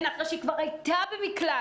אחרי שהיא כבר הייתה במקלט,